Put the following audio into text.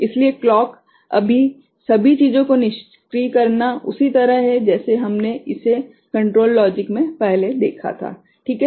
इसलिए क्लॉक आदि सभी चीजों को निष्क्रिय करना उसी तरह है जैसे हमने इसे कंट्रोल लॉजिक में पहले देखा था ठीक है